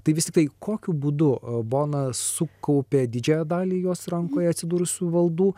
tai visi tai kokiu būdu bona sukaupė didžiąją dalį jos rankoje atsidūrusių valdų